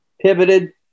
pivoted